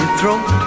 throat